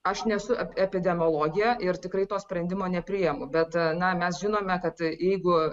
aš nesu apie e epidemiologė ir tikrai to sprendimo nepriimu bet na mes žinome kad jeigu